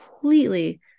completely